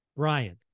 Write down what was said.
Ryan